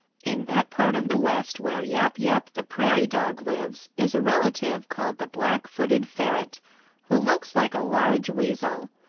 in that part of the west where yap yap the prairie dog lives is a relative called the blackfooted ferret who looks like a large weasel.